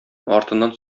артыннан